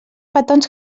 petons